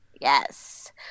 Yes